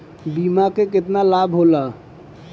बीमा के केतना लाभ होला?